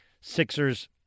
Sixers